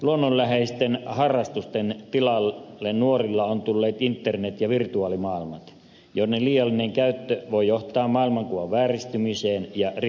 luonnonläheisten harrastusten tilalle nuorilla ovat tulleet internet ja virtuaalimaailmat joiden liiallinen käyttö voi johtaa maailmankuvan vääristymiseen ja rikoksiin